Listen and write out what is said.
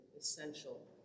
essential